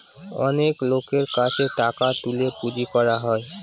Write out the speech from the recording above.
অনেক লোকের কাছে টাকা তুলে পুঁজি করা হয়